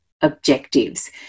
objectives